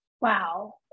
wow